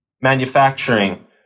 manufacturing